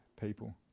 people